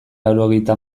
laurogeita